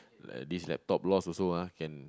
this laptop lost also ah can